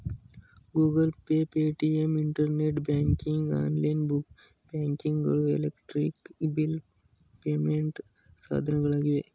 Google pay, Paytm, internet banking, online banking ಗಳು electric bill payment ಸಾಧನಗಳಾಗಿವೆ